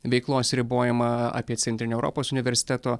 veiklos ribojimą apie centrinio europos universiteto